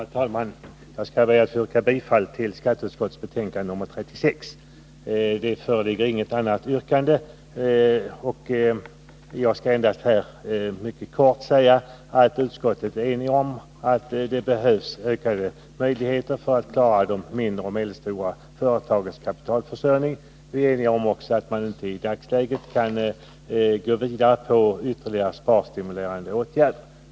Herr talman! Jag skall be att få yrka bifall till hemställan i skatteutskottets betänkande nr 36. Det föreligger inget annat yrkande, och jag vill endast säga att utskottet har varit enigt om att det krävs bättre möjligheter för att man skall kunna klara de mindre och medelstora företagens kapitalförsörjning. Utskottet är också enigt om att man i dagsläget inte kan gå vidare när det gäller ytterligare sparstimulerande åtgärder.